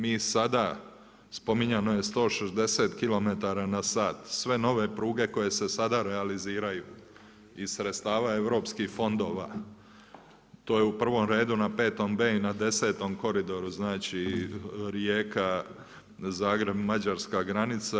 Mi sada, spominjano je 160 km/h. Sve nove pruge koje se sada realiziraju iz sredstava europskih fondova to je u prvom redu na petom B i na desetom koridoru znači Rijeka – Zagreb – mađarska granica.